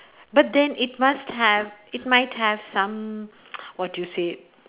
but then it must have it might have some what do you say